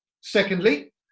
Secondly